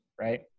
right